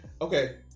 okay